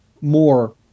more